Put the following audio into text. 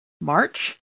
march